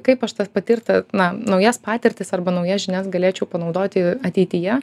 kaip aš tas patirtą na naujas patirtis arba naujas žinias galėčiau panaudoti ateityje